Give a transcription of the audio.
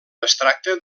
tracta